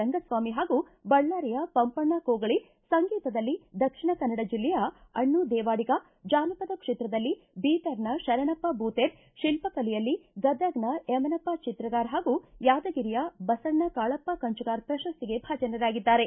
ರಂಗಸ್ವಾಮಿ ಹಾಗೂ ಬಳ್ಳಾರಿಯ ಪಂಪಣ್ಣ ಕೋಗಳಿ ಸಂಗೀತದಲ್ಲಿ ದಕ್ಷಿಣ ಕನ್ನಡ ಜಿಲ್ಲೆಯ ಅಣ್ಣು ದೇವಾಡಿಗ ಜಾನಪದ ಕ್ಷೇತ್ರದಲ್ಲಿ ಬೀದರ್ನ ಶರಣಪ್ಪ ಬೂತೇರ ಶಿಲ್ಪ ಕಲೆಯಲ್ಲಿ ಗದಗನ ಯಮನಪ್ಪ ಚಿತ್ರಗಾರ ಹಾಗೂ ಯಾದಗಿರಿಯ ಬಸಣ್ಣ ಕಾಳಪ್ಪ ಕಂಚಗಾರ ಪ್ರಶಸ್ತಿಗೆ ಭಾಜನರಾಗಿದ್ದಾರೆ